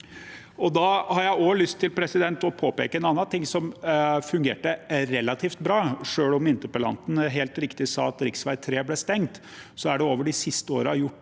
Da har jeg lyst til å påpeke en annen ting som fungerte relativt bra. Selv om interpellanten helt riktig sa at rv. 3 ble stengt, er det over de siste årene blitt